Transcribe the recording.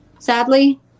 sadly